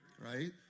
Right